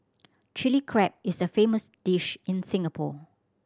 Chilli Crab is a famous dish in Singapore